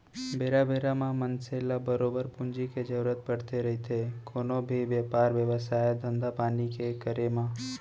बेरा बेरा म मनसे ल बरोबर पूंजी के जरुरत पड़थे रहिथे कोनो भी बेपार बेवसाय, धंधापानी के करे म